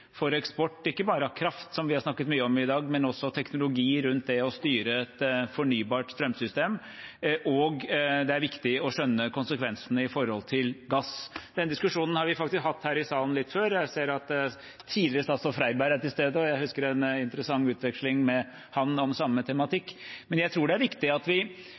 for eksport – ikke bare av kraft, som vi har snakket mye om i dag, men også av teknologi rundt det å styre et fornybart strømsystem. Det er viktig å skjønne konsekvensene når det gjelder gass. Den diskusjonen har vi faktisk hatt her i salen før. Jeg ser at tidligere statsråd Freiberg er til stede, og jeg husker en interessant utveksling med ham om samme tematikk. Jeg tror det er viktig at vi